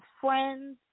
friends